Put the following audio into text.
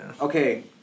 Okay